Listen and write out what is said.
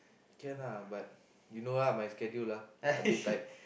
can lah but you know lah my schedule ah a bit tight